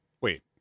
wait